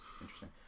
interesting